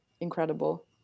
incredible